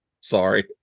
Sorry